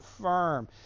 firm